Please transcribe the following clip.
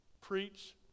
Preach